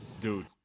dude